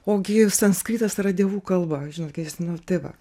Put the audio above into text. o gi sanskritas yra dievų kalba žinokit jis nu tai va